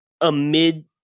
amid